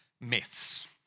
myths